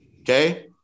okay